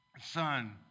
son